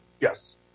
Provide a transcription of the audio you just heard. Yes